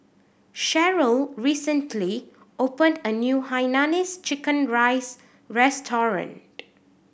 Sheryll recently opened a new hainanese chicken rice restaurant